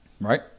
Right